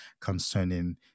concerning